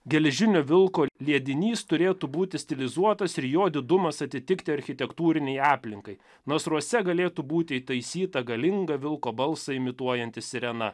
geležinio vilko liedinys turėtų būti stilizuotas ir jo didumas atitikti architektūrinei aplinkai nasruose galėtų būti įtaisyta galinga vilko balsą imituojanti sirena